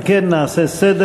אם כן, נעשה סדר.